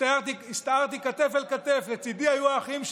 הסתערתי כתף אל כתף ולצידי היו האחים שלי.